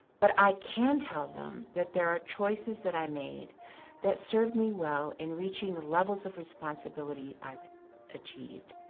but i can tell them that there are choices that i made that served me well in reaching the levels of responsibility i achieved.